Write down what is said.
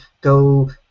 go